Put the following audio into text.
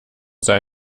sah